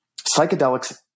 Psychedelics